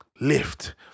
lift